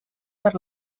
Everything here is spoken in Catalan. per